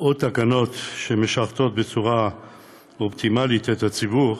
או על תקנות שמשרתות בצורה אופטימלית את הציבור,